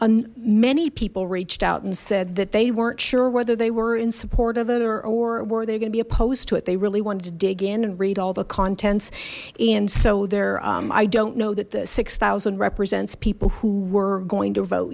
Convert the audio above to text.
on many people reached out and said that they weren't sure whether they were in support of it or were they gonna be opposed to it they really wanted to dig in and read all the contents and so they're i don't know that the six zero represents people who were going to vote